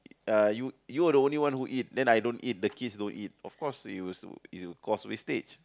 uh you you are the only one who eat then I don't eat the kids don't eat of course it will s~ it'll cause wastage